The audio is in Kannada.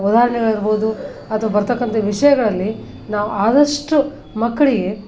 ಉದಾಹರಣೆಗಳ್ ಇರ್ಬೊದು ಅಥವಾ ಬರ್ತಕ್ಕಂಥ ವಿಷಯಗಳಲ್ಲಿ ನಾವು ಆದಷ್ಟು ಮಕ್ಕಳಿಗೆ